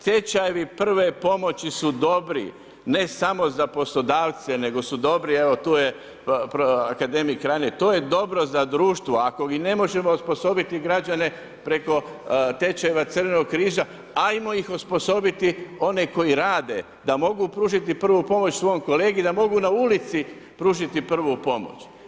Tečajevi prve pomoću su dobri, ne samo za poslodavce nego su dobri, evo tu je akademik Reiner, to je dobro za društvo, ako i ne možemo osposobiti građane preko tečajeva Crvenog križa, ajmo ih osposobiti oni koji rade da mogu pružiti prvu pomoć svom kolegi, da mogu na ulici pružiti prvu pomoć.